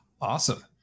Awesome